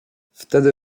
wtedy